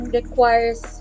requires